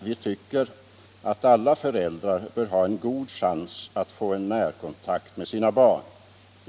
Vi tycker att alla föräldrar bör ha en god chans att få närkontakt med sina barn.